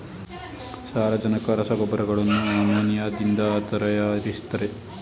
ಸಾರಜನಕ ರಸಗೊಬ್ಬರಗಳನ್ನು ಅಮೋನಿಯಾದಿಂದ ತರಯಾರಿಸ್ತರೆ